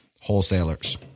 wholesalers